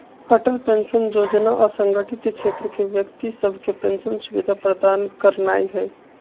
Atal pension जोजना असंगठित क्षेत्र के व्यक्ति सभके पेंशन सुविधा प्रदान करनाइ हइ